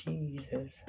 Jesus